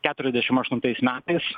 keturiasdešim aštuntais metais